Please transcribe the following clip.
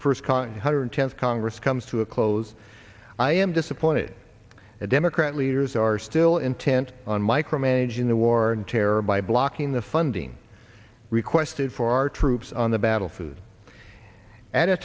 first hundred ten congress comes to a close i am disappointed that democrat leaders are still intent on micromanaging the war on terror by blocking the funding requested for our troops on the battle food at a